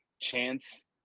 chance